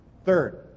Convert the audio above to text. Third